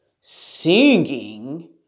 Singing